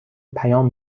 پیام